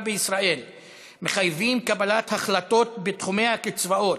בישראל מחייבים קבלת החלטות בתחומי הקצבאות,